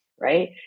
right